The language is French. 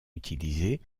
utilisé